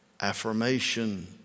affirmation